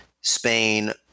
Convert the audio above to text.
Spain